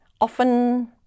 often